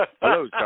Hello